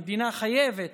המדינה חייבת